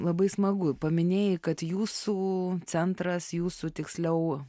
labai smagu paminėjai kad jūsų centras jūsų tiksliau